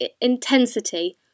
intensity